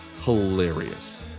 hilarious